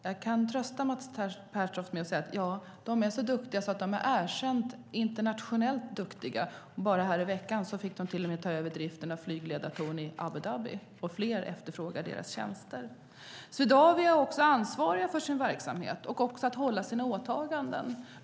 Jag kan säga till Mats Pertoft att de är erkänt duktiga internationellt, och nu i veckan fick de till och med ta över driften av flygledartorn i Abu Dhabi, och fler efterfrågar deras tjänster. Swedavia är också ansvariga för sin verksamhet och för att hålla sina åtaganden.